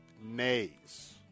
nays